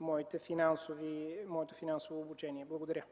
моето финансово обучение. Благодаря.